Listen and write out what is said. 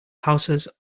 houses